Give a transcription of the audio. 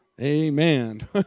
Amen